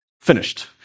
finished